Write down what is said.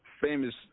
famous